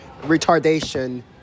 retardation